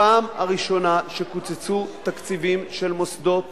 הפעם הראשונה שקוצצו תקציבים של מוסדות